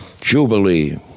jubilee